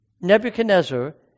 Nebuchadnezzar